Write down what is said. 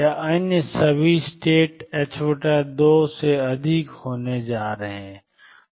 या अन्य सभी राज्य 2 से अधिक होने जा रहे हैं